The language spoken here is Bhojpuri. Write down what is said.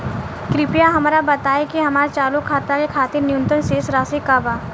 कृपया हमरा बताइ कि हमार चालू खाता के खातिर न्यूनतम शेष राशि का बा